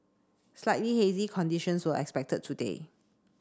slightly hazy conditions were expected today